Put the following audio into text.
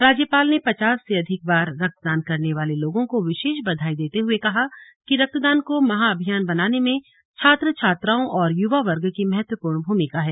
राज्यपाल ने पचास से अधिक बार रक्तदान करने वाले लोगों को विशेष बधाई देते हुए कहा कि रक्तदान को महाअभियान बनाने में छात्र छात्राओं और युवा वर्ग की महत्वपूर्ण भूमिका है